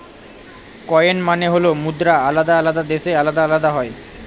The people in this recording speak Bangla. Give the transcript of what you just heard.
কয়েন মানে হল মুদ্রা আলাদা আলাদা দেশে আলাদা আলাদা হয়